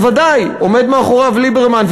בוודאי עומד מאחוריו ליברמן,